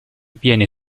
viene